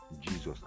Jesus